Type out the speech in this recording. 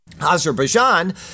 Azerbaijan